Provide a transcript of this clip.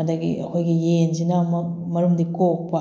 ꯑꯗꯒꯤ ꯑꯩꯈꯣꯏꯒꯤ ꯌꯦꯟꯁꯤꯅ ꯑꯃꯨꯛ ꯃꯔꯨꯝꯗꯤ ꯀꯣꯛꯄ